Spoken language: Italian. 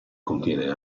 contiene